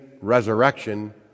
resurrection